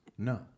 No